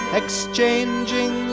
exchanging